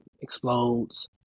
explodes